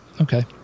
okay